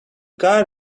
car